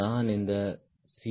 நான் இந்த சி